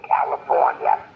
California